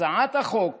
הצעת החוק